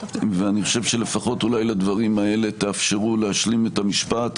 ואני חושב שלפחות אולי לדברים האלה תאפשרו להשלים את המשפט,